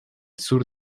sur